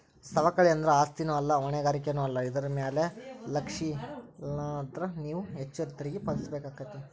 ಸವಕಳಿ ಅಂದ್ರ ಆಸ್ತಿನೂ ಅಲ್ಲಾ ಹೊಣೆಗಾರಿಕೆನೂ ಅಲ್ಲಾ ಇದರ್ ಮ್ಯಾಲೆ ಲಕ್ಷಿಲ್ಲಾನ್ದ್ರ ನೇವು ಹೆಚ್ಚು ತೆರಿಗಿ ಪಾವತಿಸಬೇಕಾಕ್ಕೇತಿ